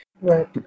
Right